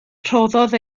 rhoddodd